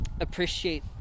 appreciate